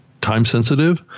time-sensitive